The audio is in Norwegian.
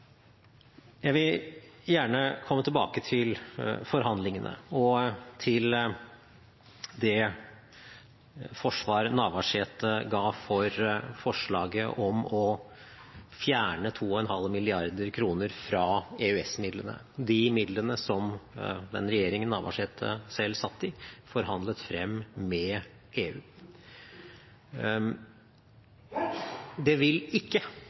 Jeg vil gjerne komme tilbake til forhandlingene og til det forsvar representanten Navarsete ga for forslaget om å fjerne 2,5 mrd. kr fra EØS-midlene – de midlene som den regjeringen representanten Navarsete selv satt i, forhandlet frem med EU. Det vil ikke